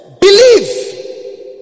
Believe